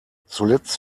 zuletzt